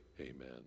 amen